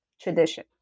tradition